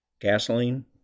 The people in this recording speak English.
gasoline